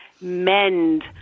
mend